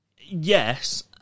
Yes